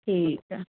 ਠੀਕ ਹੈ